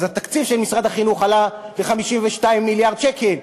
אז התקציב של משרד החינוך עלה ל-52 מיליארד שקל,